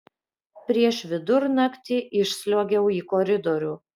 prieš vidurnaktį išsliuogiau į koridorių